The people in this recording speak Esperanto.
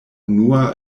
unua